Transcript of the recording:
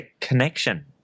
Connection